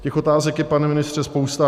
Těch otázek je, pane ministře, spousta.